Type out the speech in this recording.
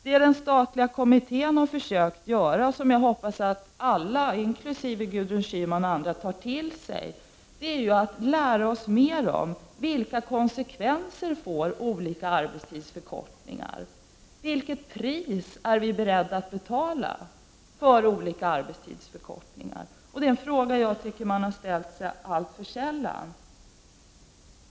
Det som den statliga kommittén har försökt att göra och som jag hoppas alla, även Gudrun Schyman och andra, tar till sig är ju att lära mer om vilka konsekvenser olika arbetstidsförkortningar får. Vilket pris är vi beredda att betala för olika arbetstidsförkortningar? Det är en fråga som jag tycker att man har ställt sig alltför sällan.